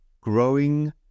growing